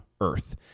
Earth